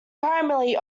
primarily